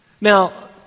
Now